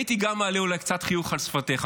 הייתי גם מעלה אולי קצת חיוך על שפתיך,